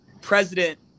President